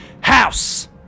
house